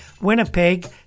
Winnipeg